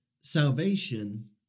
salvation